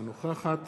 אינה נוכחת